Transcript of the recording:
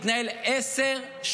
התיק הזה מתנהל עשר שנים.